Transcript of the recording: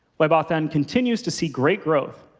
webauthn continues to see great growth.